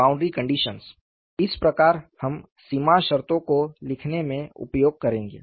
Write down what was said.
boundary conditions इस प्रकार हम सीमा शर्तों को लिखने में उपयोग करेंगे